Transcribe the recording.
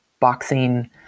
boxing